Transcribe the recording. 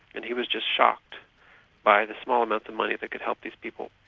and he was just shocked by the small amounts of money that could help these people.